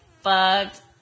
fucked